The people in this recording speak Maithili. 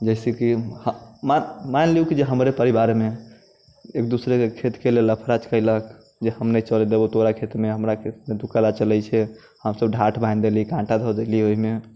जइसे कि मा मानि लियौ कि हमरे परिवारमे एक दूसरेके खेतके लेल लफड़ा चलयलक जे हम नहि चलै देबो तोरा खेतमे हमरा खेतमे तू काहे लऽ चलैत छै हम सभ ढाठ बान्हि देलीह काँटा धऽ देलियै ओहिमे